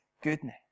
goodness